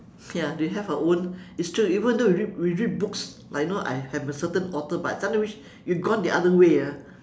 ya they have our own it's true even though we read we read books like you know I have a certain author but sometimes I wish you gone the other way ah